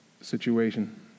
Situation